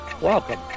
welcome